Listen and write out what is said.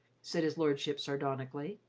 said his lordship sardonically.